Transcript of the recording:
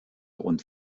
und